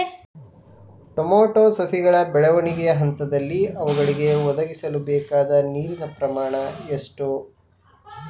Tomato ಸಸಿಗಳ ಬೆಳವಣಿಗೆಯ ಹಂತದಲ್ಲಿ ಅವುಗಳಿಗೆ ಒದಗಿಸಲುಬೇಕಾದ ನೀರಿನ ಪ್ರಮಾಣ ಎಷ್ಟು?